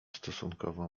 stosunkowo